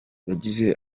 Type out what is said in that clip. yagize